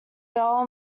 bel